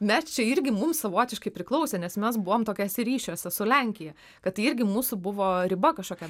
mes čia irgi mum savotiškai priklausė nes mes buvom tokiuose ryšiuose su lenkija kad tai irgi mūsų buvo riba kažkokia